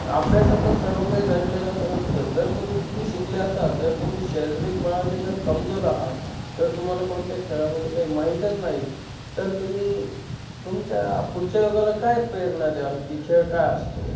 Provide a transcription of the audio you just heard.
अभ्यासातच सर्व काही दडलेलं असं नसतं जर तुम्ही किती शिकले असाल जर तुम्ही शारीरिक बळाने जर कमजोर आहात जर तुम्हाला कोणत्या खेळामध्ये काही माहीतच नाही तर तुम्ही तुमच्या पुढच्या युगाला काय प्रेरणा द्याल की खेळ काय असतो